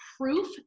proof